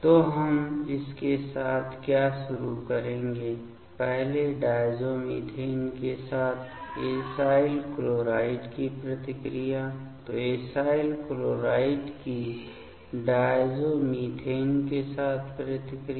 तो हम इसके साथ क्या शुरू करेंगे पहले डायज़ोमीथेन के साथ एसाइल क्लोराइड की प्रतिक्रियाएं तो एसाइल क्लोराइड की डायज़ोमीथेन के साथ प्रतिक्रिया